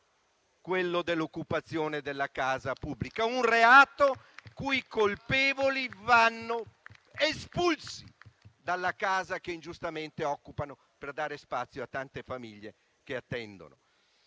cioè l'occupazione della casa pubblica, un reato i cui colpevoli vanno espulsi dalla casa che ingiustamente occupano per dare spazio a tante famiglie che attendono.